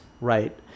right